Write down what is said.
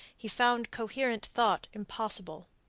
he found coherent thought impossible.